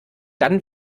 dann